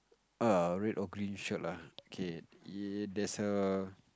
err red or green shirt lah K ye~ there's a